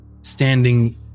standing